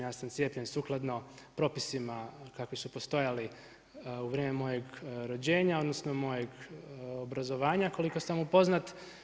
Ja sam cijepljen sukladno propisima kakvi su postojali u vrijeme mojeg rođenja, odnosno mojeg obrazovanja koliko sam upoznat.